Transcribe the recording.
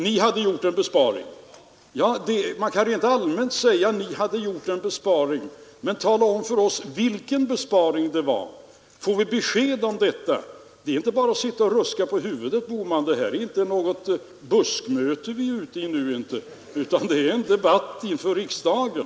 : Det var besparingar på 440 miljoner som ni glömde.) Ja, man kan rent allmänt säga att ni hade gjort en besparing, men tala om för oss vilken besparing det var! Får vi besked om detta? Det är inte bara att sitta och ruska på huvudet, herr Bohman. Det här är inte något buskmöte utan en debatt i riksdagen.